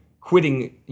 quitting